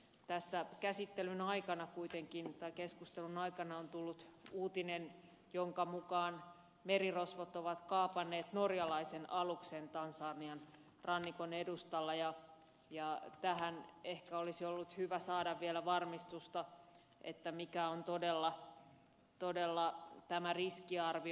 tässä keskustelun aikana kuitenkin on tullut uutinen jonka mukaan merirosvot ovat kaapanneet norjalaisen aluksen tansanian rannikon edustalla ja tähän ehkä olisi ollut hyvä saada vielä varmistusta mikä on todella tämä riskiarvio